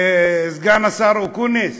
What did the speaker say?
וסגן השר אקוניס,